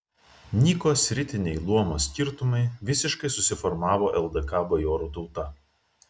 nyko sritiniai luomo skirtumai visiškai susiformavo ldk bajorų tauta